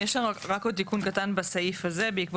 יש לנו רק עוד תיקון קטן בסעיף הזה בעקבות